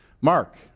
Mark